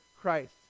Christ